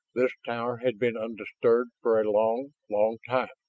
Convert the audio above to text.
this tower had been undisturbed for a long, long time.